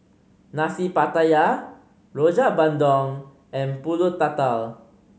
Nasi Pattaya Rojak Bandung and Pulut Tatal